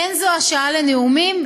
אין זו השעה לנאומים,